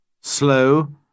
slow